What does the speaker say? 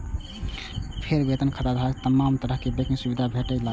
फेर वेतन खाताधारक कें तमाम तरहक बैंकिंग सुविधा भेटय लागै छै